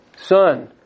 son